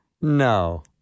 No